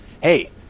hey